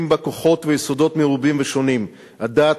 בה כוחות ויסודות מרובים ושונים: הדת,